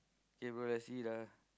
K bro let's see the